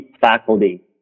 faculty